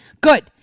good